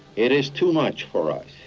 it is too much for us.